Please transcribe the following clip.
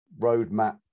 roadmap